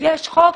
יש חוק.